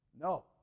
No